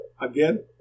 again